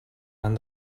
han